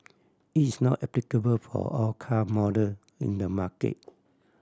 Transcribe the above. it is not applicable for all car model in the market